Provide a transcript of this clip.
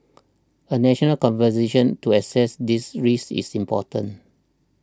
a national conversation to assess these risks is important